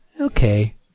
Okay